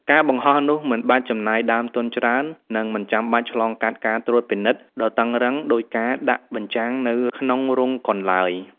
ការបង្ហោះនោះ មិនបាច់ចំណាយដើមទុនច្រើន និងមិនចាំបាច់ឆ្លងកាត់ការត្រួតពិនិត្យដ៏តឹងរ៉ឹងដូចការដាក់បញ្ចាំងនៅក្នុងរោងកុនឡើយ។